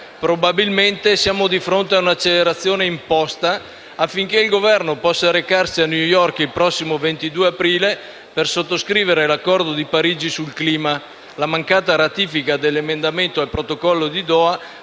probabilmente siamo di fronte a un'accelerazione imposta affinché il Governo possa recarsi a New York il prossimo 22 aprile per sottoscrivere l'Accordo di Parigi sul clima. La mancata ratifica dell'emendamento di Doha